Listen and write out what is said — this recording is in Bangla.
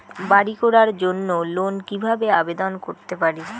বাড়ি করার জন্য লোন কিভাবে আবেদন করতে পারি?